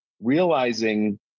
realizing